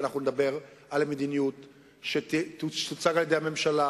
ואנחנו נדבר על המדיניות שתוצג על-ידי הממשלה,